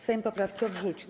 Sejm poprawki odrzucił.